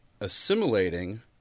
assimilating